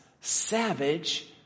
savage